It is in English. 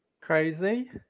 Crazy